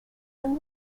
them